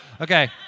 Okay